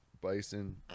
bison